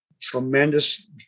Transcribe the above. tremendous